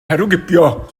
herwgipio